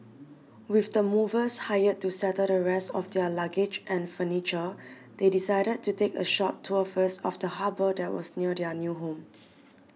with the movers hired to settle the rest of their luggage and furniture they decided to take a short tour first of the harbour that was near their new home